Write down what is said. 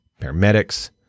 paramedics